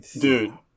Dude